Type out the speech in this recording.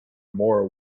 more